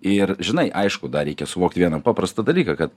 ir žinai aišku dar reikia suvokti vieną paprastą dalyką kad